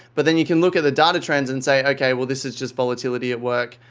but then you can look at the data trends and say, okay, well this is just volatility at work.